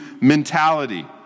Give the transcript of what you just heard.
mentality